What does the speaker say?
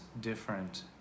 different